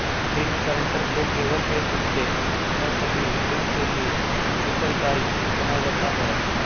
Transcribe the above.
ऋण गारंटर को केवल एक हिस्से या सभी ऋण के लिए उत्तरदायी बनाया जाता है